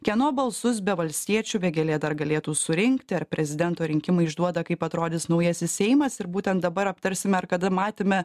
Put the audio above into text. kieno balsus be valstiečių vėgėlė dar galėtų surinkti ar prezidento rinkimai išduoda kaip atrodys naujasis seimas ir būtent dabar aptarsime ar kada matėme